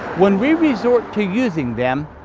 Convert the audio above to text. when we resort to using them,